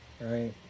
Right